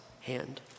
hand